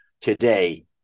today